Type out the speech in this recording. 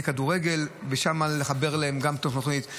כדורגל ושם לחבר להם גם את התוכנית.